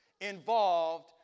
involved